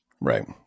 right